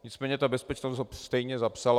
Nicméně ta bezpečnost ho stejně zapsala.